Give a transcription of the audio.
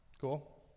Cool